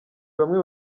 bamwe